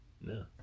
No